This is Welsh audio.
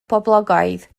poblogaidd